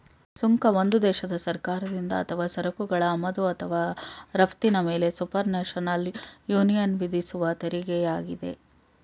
ಸುಂಕ ಒಂದು ದೇಶದ ಸರ್ಕಾರದಿಂದ ಅಥವಾ ಸರಕುಗಳ ಆಮದು ಅಥವಾ ರಫ್ತಿನ ಮೇಲೆಸುಪರ್ನ್ಯಾಷನಲ್ ಯೂನಿಯನ್ವಿಧಿಸುವತೆರಿಗೆಯಾಗಿದೆ